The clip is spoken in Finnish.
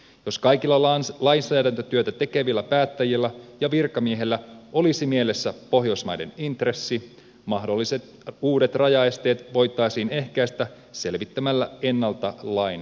jos kaikilla lainsäädäntötyötä tekevillä päättäjillä ja virkamiehillä olisi mielessä pohjoismaiden intressi mahdolliset uudet rajaesteet voitaisiin ehkäistä selvittämällä ennalta lain vaikutukset